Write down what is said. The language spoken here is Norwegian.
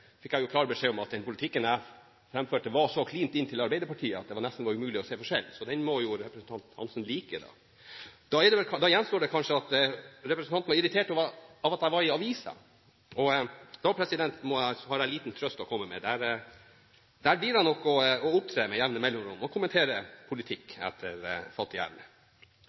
fikk jeg klar beskjed om at den politikken jeg framførte, var så klint inntil Arbeiderpartiets at det var nesten umulig å se forskjell. Så den må jo representanten Hansen like. Da gjenstår det kanskje at representanten var irritert over at jeg var i avisen, og da har jeg liten trøst å komme med: Der blir han nok å opptre med jevne mellomrom og kommentere politikk etter